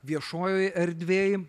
viešojoj erdvėj